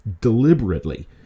deliberately